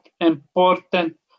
important